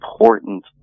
important